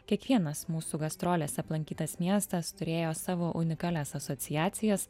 kiekvienas mūsų gastrolėse aplankytas miestas turėjo savo unikalias asociacijas